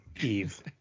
Eve